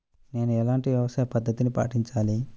నేను ఎలాంటి వ్యవసాయ పద్ధతిని పాటించాలి?